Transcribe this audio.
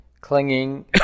clinging